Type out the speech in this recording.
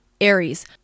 Aries